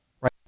right